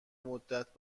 مدت